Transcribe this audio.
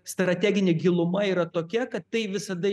strateginė giluma yra tokia kad tai visada